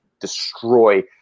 destroy